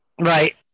right